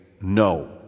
no